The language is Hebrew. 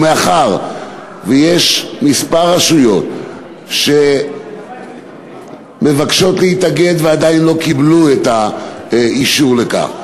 ומאחר שיש כמה רשויות שמבקשות להתאגד ועדיין לא קיבלו את האישור לכך,